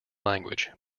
language